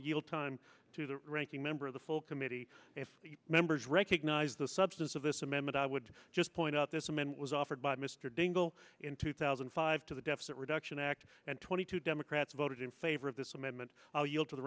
to yield time to the ranking member of the full committee members recognize the substance of this amendment i would just point out this woman was offered by mr dingell in two thousand and five to the deficit reduction act and twenty two democrats voted in favor of this amendment i'll yield to the